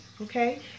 okay